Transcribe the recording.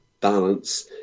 balance